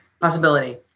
Possibility